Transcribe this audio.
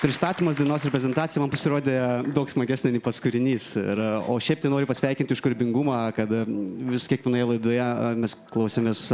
pristatymas dainos reprezentacija man pasirodė daug smagesnė nei pats kūrinys yra o šiaip tai noriu pasveikint už kūrybingumą kad vis kiekvienoje laidoje mes klausėmės